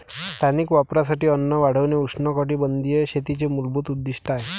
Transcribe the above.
स्थानिक वापरासाठी अन्न वाढविणे उष्णकटिबंधीय शेतीचे मूलभूत उद्दीष्ट आहे